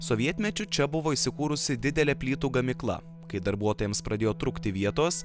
sovietmečiu čia buvo įsikūrusi didelė plytų gamykla kai darbuotojams pradėjo trūkti vietos